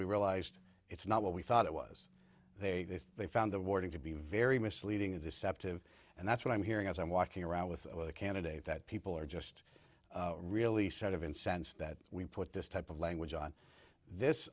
we realized it's not what we thought it was they they found the wording to be very misleading deceptive and that's what i'm hearing as i'm walking around with the candidate that people are just really sort of incensed that we put this type of language on this